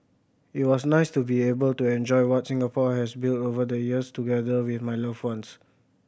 it was nice to be able to enjoy what Singapore has built over the years together with my loved ones